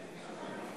במליאה.